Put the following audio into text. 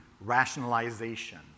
rationalization